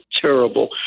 terrible